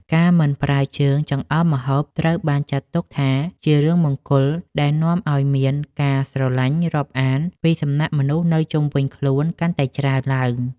ការមិនប្រើជើងចង្អុលម្ហូបត្រូវបានចាត់ទុកថាជារឿងមង្គលដែលនាំឱ្យមានការស្រឡាញ់រាប់អានពីសំណាក់មនុស្សនៅជុំវិញខ្លួនកាន់តែច្រើនឡើង។